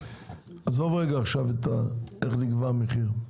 עזוב רגע עכשיו את איך נקבע המחיר.